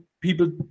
people